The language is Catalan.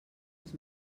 els